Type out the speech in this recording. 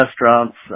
restaurants